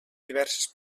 diverses